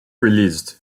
released